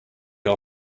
our